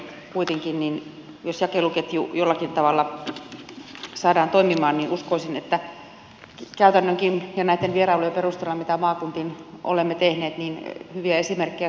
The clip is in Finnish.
kuitenkin jos jakeluketju jollakin tavalla saadaan toimimaan niin uskoisin että käytännönkin ja näitten vierailujen perusteella mitä maakuntiin olemme tehneet hyviä esimerkkejä siellä on